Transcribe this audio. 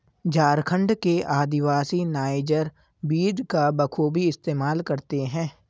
झारखंड के आदिवासी नाइजर बीज का बखूबी इस्तेमाल करते हैं